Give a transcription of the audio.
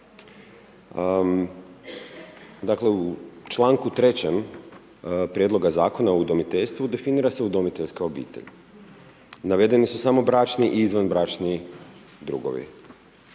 Dakle, u čl. 3. Prijedloga Zakona o udomiteljstvu definira se udomiteljska obitelj. Navedeni su samo bračni i izvanbračni drugovi.